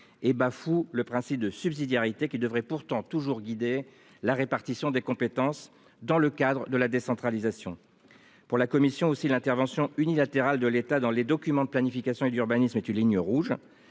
et bafoue le principe de subsidiarité qui devrait pourtant toujours guidé la répartition des compétences dans le cadre de la décentralisation. Pour la commission aussi l'intervention unilatérale de l'État dans les documents de planification et d'urbanisme est une ligne rouge